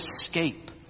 escape